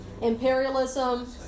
imperialism